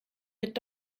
mit